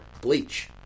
Bleach